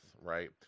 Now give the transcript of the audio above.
right